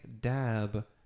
Dab